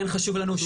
כן חשוב לנו,